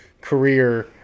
career